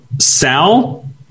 Sal